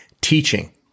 teaching